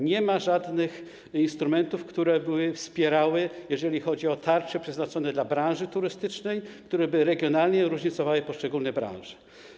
Nie ma żadnych instrumentów, które wspierają, jeżeli chodzi o tarcze przeznaczone dla branży turystycznej, które regionalnie różnicowałyby poszczególne branże.